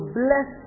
bless